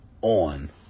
on